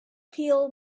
peel